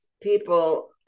people